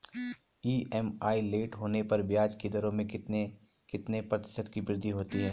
EMI late होने पर ब्याज की दरों में कितने कितने प्रतिशत की वृद्धि होती है?